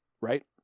Right